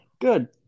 Good